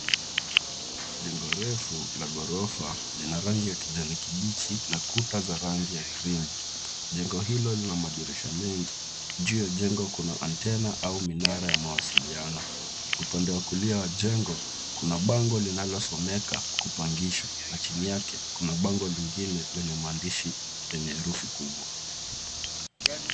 Jengo refu la ghorofa lina rangi ya kijani kibichi na kuta za rangi ya krimu. Jengo hilo lina madirisha mengi, juu ya jengo kuna cs[anntenae]cs au minara ya mawasiliano. Upande wa kulia wa jengo kuna bango linalosomeka kupangisha na chini yake kuna bango lingine lenye maandishi lenye herufi kubwa.